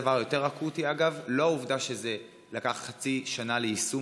הדבר האקוטי יותר הוא לא העובדה שזה לקח כמעט חצי שנה ליישום